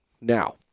Now